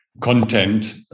content